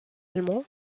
allemand